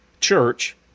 church